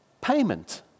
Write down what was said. payment